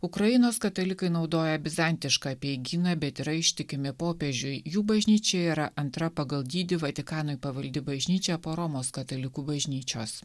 ukrainos katalikai naudoja bizantišką apeigyną bet yra ištikimi popiežiui jų bažnyčia yra antra pagal dydį vatikanui pavaldi bažnyčia po romos katalikų bažnyčios